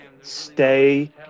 Stay